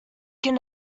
can